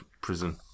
prison